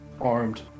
armed